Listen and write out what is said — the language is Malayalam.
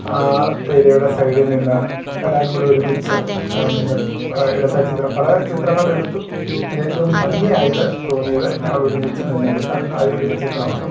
ആ തേയിലയുടെ സൈഡിൽ നിന്ന് എല്ലാവരുംകൂടി ഒരുമിച്ചു നിന്ന് എടുത്ത ആ ചിത്രം പല ചിത്രങ്ങളെടുത്തു അതിലേറ്റവും ഭംഗിയായിട്ട് തോന്നിയത് ഞങ്ങളൊരുമിച്ച് നിന്നെടുത്ത ആയൊരു ചിത്രമാണ്